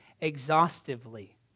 Exhaustively